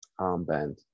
Armband